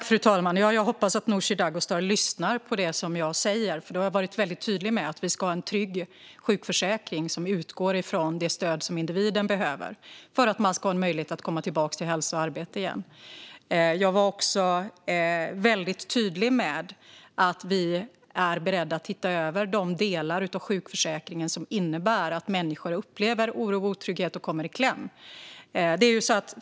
Fru talman! Jag hoppas att Nooshi Dadgostar lyssnar på det som jag säger. Jag har nämligen varit mycket tydlig med att vi ska ha en trygg sjukförsäkring som utgår från det stöd som individen behöver för att ha en möjlighet att komma tillbaka till hälsa och arbete igen. Jag var också mycket tydlig med att vi är beredda att se över de delar av sjukförsäkringen som innebär att människor upplever oro och otrygghet och kommer i kläm.